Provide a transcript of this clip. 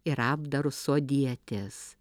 ir apdaru sodietės